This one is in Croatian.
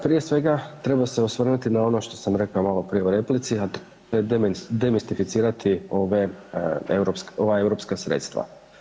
Prije svega treba se osvrnuti na ono što sam rekao maloprije u replici, a to je demistificirati ova europska sredstva.